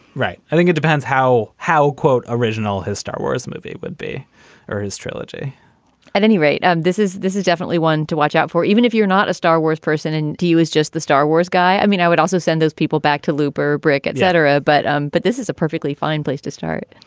right. i think it depends how how, quote, original his star wars movie would be or his trilogy at any rate, um this is this is definitely one to watch out for, even if you're not a star wars person and you is just the star wars guy. i mean, i would also send those people back to looper, brick, etc. but um but this is a perfectly fine place to start.